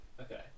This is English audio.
okay